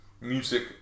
music